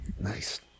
Nice